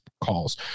calls